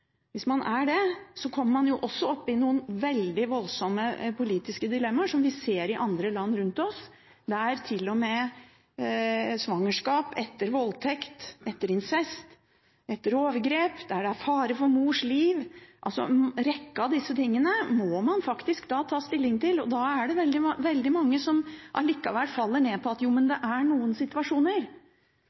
hvis man ikke er prinsipielt imot abort. Hvis man er det, kommer man jo også opp i noen voldsomme politiske dilemmaer, som vi ser i andre land rundt oss, med svangerskap etter voldtekt, etter incest, etter overgrep og der det er fare for mors liv. Man må faktisk ta stilling til en rekke av disse tingene, og da er det veldig mange som faller ned på at det er noen situasjoner